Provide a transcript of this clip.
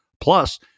plus